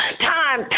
time